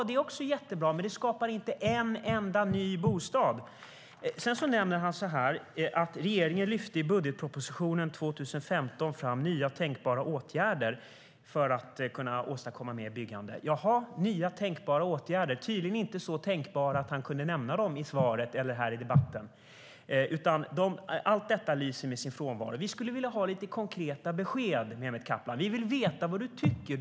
Det är också jättebra, men det skapar inte en enda ny bostad. Vi skulle vilja ha lite konkreta besked, Mehmet Kaplan. Vi vill veta vad du tycker.